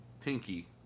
Pinky